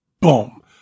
Boom